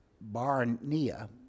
Barnea